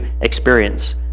experience